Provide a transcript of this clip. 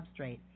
substrate